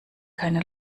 keine